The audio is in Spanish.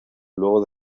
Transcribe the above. luego